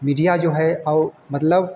media जो है और मतलब